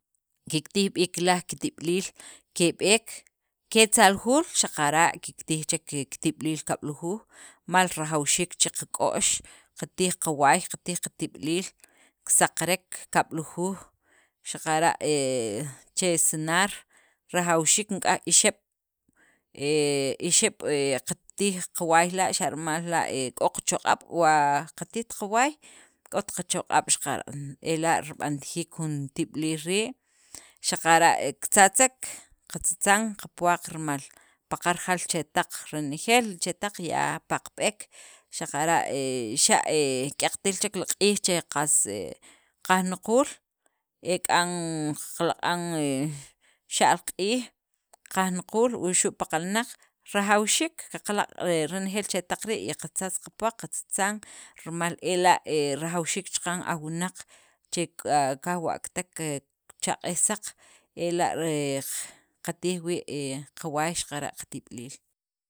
Kiktij b'iik laj kitib'iliil keb'eek, ketzaljuul xaqara' kiktij chek kiki kitib'iliil kab'lujuuj, mal rajawxiik che qak'o'x, qatij qawaay, qatij qatib'iliil kisaqarek, kab'lujuj, xaqara' he che sanar, rajawxiik nik'aj ixeb', he ixeb' he qatij qawaay la', xa' rimal la' k'o qachoq'ab', wa qatijt qawaay k'ot qachoq'ab' xaqara' ela' rib'antajiik jun tib'iliil rii', xaqara' kitzatzek, qatzatzan qapuwaq rimal paqal rajaal li chetaq, renejeel li chetaq ya paqb'ek xaqara' he xa' he k'yatil chek li q'iij che qashe qajnaquul ek'an qalaqan he xa'l q'iij, qajnaquul wuxu' paqalnaq rajawxiik qaqlaq' he renejeel li chetaq rii', y qatzatz qapuwaq qatzatzan, rimal ela' he rajawxiik chaqan aj wunaq che k'aj qajwa'katek cha q'iij saq ela' qatij wii' qawaay xaqara' qatib'iliil.